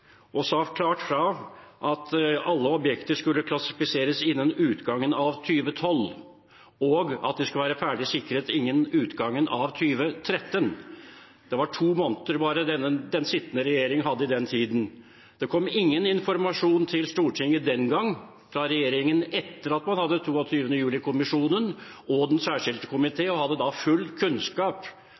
og sa klart fra at alle objekter skulle klassifiseres innen utgangen av 2012, og at de skulle være ferdig sikret innen utgangen av 2013. Det var to måneder den sittende regjering hadde i det tidsrommet. Det kom ingen informasjon til Stortinget den gang fra regjeringen, etter at man hadde 22. juli-kommisjonen og Den særskilte komité, og man hadde full kunnskap